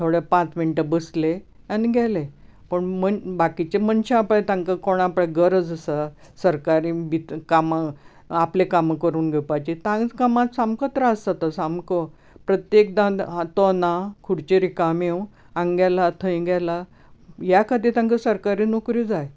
थोडे पांच मिनटां बसले आनी गेले पण बाकीचे मनशां पळय तांकां कोणां गरज आसा सरकारी बी कामां आपले बी कामां करून घेवपाची तांकां मात सामको त्रास जाता सामको प्रत्येकदां तो ना खुरच्यो रिकाम्यो हांगा गेला थंय गेला ह्या खातीर तांकां सरकारी नोकऱ्यो जाय